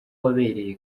wabereye